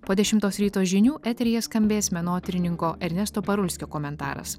po dešimtos ryto žinių eteryje skambės menotyrininko ernesto parulskio komentaras